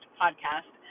podcast